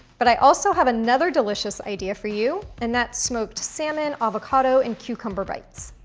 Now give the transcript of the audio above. but, i also have another delicious idea for you and that's smoked salmon, avocado and cucumber bites.